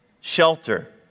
shelter